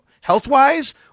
health-wise